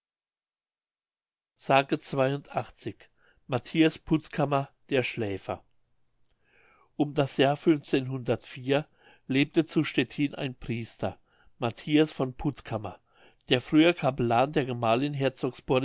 matthias puttkammer der schläfer um das jahr lebte zu stettin ein priester matthias von puttkammer der früher capellan der gemahlin